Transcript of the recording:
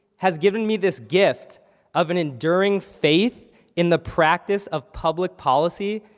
has given me this gift of an enduring fate in the practice of public policy,